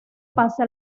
pasa